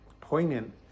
poignant